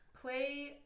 play